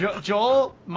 Joel